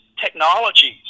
technologies